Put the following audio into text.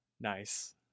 Nice